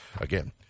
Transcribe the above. again